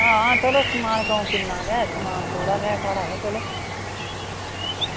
हां चलो समान कंऊ किन्ना गै ऐ समान थोह्ड़ा गै साढ़ा बा चलो